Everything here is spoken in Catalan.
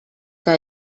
que